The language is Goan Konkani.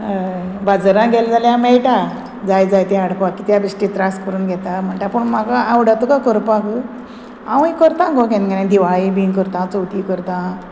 हय बाजारां गेले जाल्यार हांव मेळटा जाय जायती हाडपाक कित्या बेश्टी त्रास करून घेता म्हणटा पूण म्हाका आवडत काय करपाक हांवूय करता गो केन्ना केन्ना दिवाळी बी करता चवथी करता